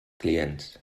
clients